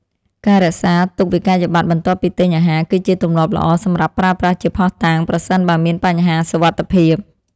ការរក្សាទុកវិក្កយបត្របន្ទាប់ពីទិញអាហារ គឺជាទម្លាប់ល្អសម្រាប់ប្រើប្រាស់ជាភស្តុតាងប្រសិនបើមានបញ្ហាសុវត្ថិភាព។